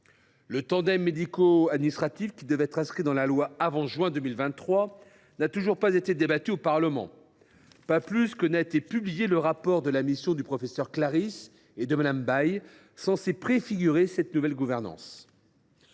Le tandem médico administratif, qui devait être inscrit dans la loi avant juin 2023, n’a toujours pas été débattu au Parlement, pas plus que n’a été publié le rapport de la mission du professeur Olivier Claris et de Mme Nadège Baille, censé préfigurer cette nouvelle gouvernance.